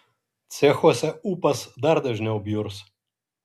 cechuose ūpas dar dažniau bjurs